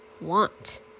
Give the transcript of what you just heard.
want